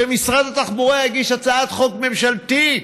שמשרד התחבורה יגיש הצעת חוק ממשלתית.